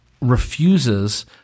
refuses